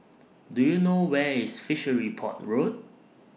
Do YOU know Where IS Fishery Port Road